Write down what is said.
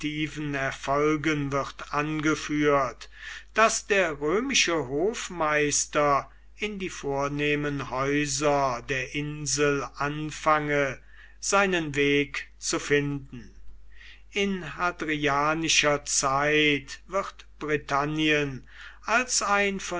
erfolgen wird angeführt daß der römische hofmeister in die vornehmen häuser der insel anfange seinen weg zu finden in hadrianischer zeit wird britannien als ein